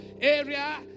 area